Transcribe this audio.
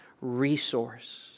resource